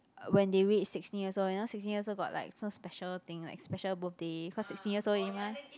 when they reach sixteen years old you know sixteen years old got like some special thing like special birthday cause sixteen years old already mah